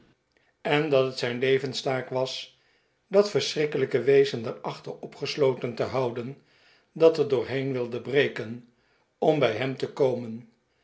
en het zijn levenstaak was dat verschrikkelijke wezen daarachter opgesloten te houden dat er doorheen wilde breken om bij hem te komen